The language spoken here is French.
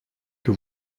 que